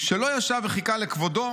שלא ישב וחיכה לכבודו